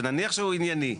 ונניח שהוא ענייני,